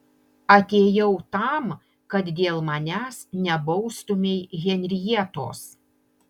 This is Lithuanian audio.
atėjau tam kad dėl manęs nebaustumei henrietos